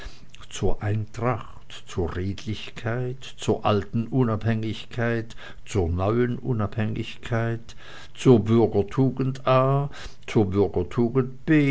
zur eintracht zur redlichkeit zur alten unabhängigkeit zur neuen unabhängigkeit zur bürgertugend a zur